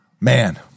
man